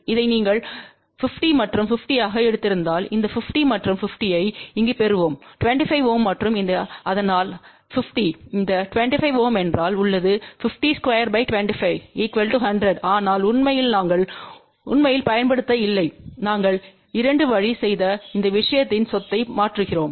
இதை நீங்கள் 50 மற்றும் 50 ஆக எடுத்திருந்தால் இந்த 50 மற்றும் 50 ஐ இங்கு பெறுவோம் 25 Ω மற்றும் இந்த அதனால் 50 இந்த 25 Ω என்றால் உள்ளது50225 100 ஆனால் உண்மையில் நாங்கள் உண்மையில் பயன்படுத்த இல்லை நாங்கள் 2 வழி செய்த இந்த விஷயத்தின் சொத்தை மாற்றுகிறோம்